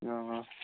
हँ